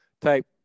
type